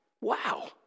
Wow